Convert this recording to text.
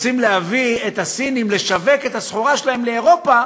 רוצים להביא את הסינים לשווק את הסחורה שלהם לאירופה